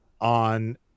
on